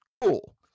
Cool